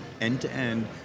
end-to-end